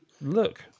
look